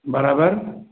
बराबरि